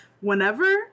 whenever